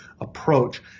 approach